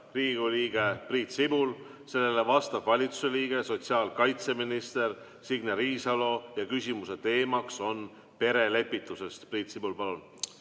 Riigikogu liige Priit Sibul, sellele vastab valitsuse liige sotsiaalkaitseminister Signe Riisalo. Küsimuse teema on perelepitus. Priit Sibul, palun!